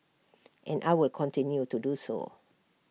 and I will continue to do so